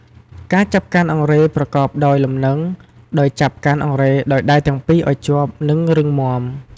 ការចាប់កាន់អង្រែប្រកបដោយលំនឹង ដោយចាប់កាន់អង្រែដោយដៃទាំងពីរឱ្យជាប់ និងរឹងមាំ។